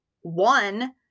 one